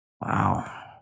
Wow